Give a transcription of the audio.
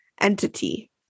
entity